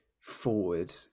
forward